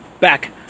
back